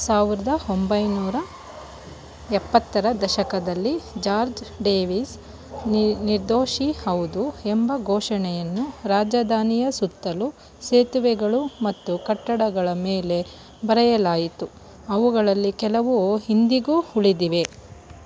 ಸಾವಿರದ ಒಂಬೈನೂರ ಎಪ್ಪತ್ತರ ದಶಕದಲ್ಲಿ ಜಾರ್ಜ್ ಡೇವಿಸ್ ನಿರ್ದೋಷಿ ಹೌದು ಎಂಬ ಘೋಷಣೆಯನ್ನು ರಾಜಧಾನಿಯ ಸುತ್ತಲೂ ಸೇತುವೆಗಳು ಮತ್ತು ಕಟ್ಟಡಗಳ ಮೇಲೆ ಬರೆಯಲಾಯಿತು ಅವುಗಳಲ್ಲಿ ಕೆಲವು ಇಂದಿಗೂ ಉಳಿದಿವೆ